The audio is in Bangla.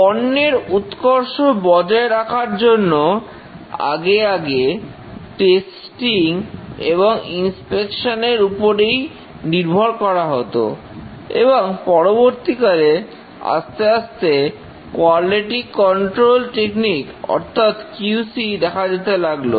পণ্যের উৎকর্ষ বজায় রাখার জন্য আগে আগে টেস্টিং এবং ইনস্পেকশন এর উপরেই নির্ভর করা হতো এবং পরবর্তীকালে আস্তে আস্তে কোয়ালিটি কন্ট্রোল টেকনিক অর্থাৎ QC দেখা যেতে লাগলো